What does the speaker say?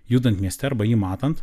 judant mieste arba jį matant